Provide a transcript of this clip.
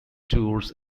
tours